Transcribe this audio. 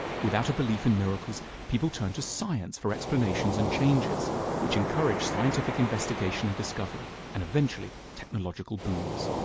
without a belief in miracles people turn to science for explanations and changes which encouraged scientific investigation and discovery and eventually technological booms.